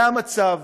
זה המצב,